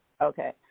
okay